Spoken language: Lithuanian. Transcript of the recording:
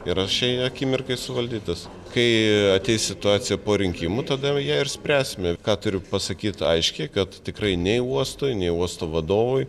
yra šiai akimirkai suvaldytas kai ateis situacija po rinkimų tada jau ją ir spręsime ką turiu pasakyt aiškiai kad tikrai nei uostui nei uosto vadovui